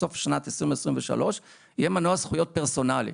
בסוף של 2023 יהיה מנוע זכויות פרסונלי.